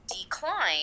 decline